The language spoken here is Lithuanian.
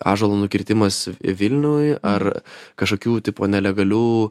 ąžuolo nukirtimas vilniuj ar kažkokių tipo nelegalių